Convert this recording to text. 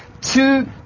Two